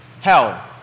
hell